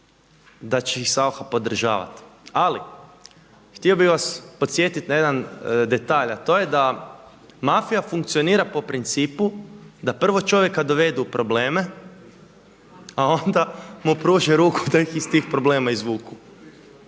da će ih Saucha podržavati. Ali htio bih vas podsjetit na jedan detalj, a to je da mafija funkcionira po principu da prvo čovjeka dovedu u probleme, a onda mu pruže ruku da ih iz tih problema ne izvuku.